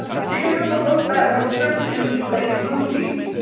do you have a book that was turned into a movie?